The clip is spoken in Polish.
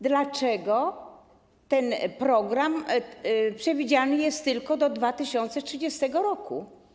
Dlaczego ten program przewidziany jest tylko do 2030 r.